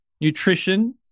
Nutrition